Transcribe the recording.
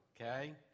Okay